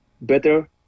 better